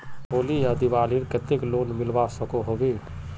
होली या दिवालीर केते लोन मिलवा सकोहो होबे?